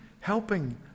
helping